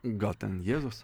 gal ten jėzus